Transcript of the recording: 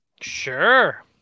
Sure